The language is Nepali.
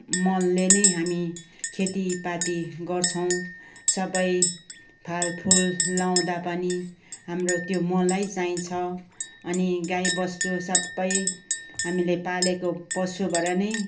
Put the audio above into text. मलले नै हामी खेतीपाती गर्छौँ सबै फालफुल लाउँदा पनि हाम्रो त्यो मलै चाहिन्छ अनि गाई बस्तु सबै हामीले पालेको पशुबाट नै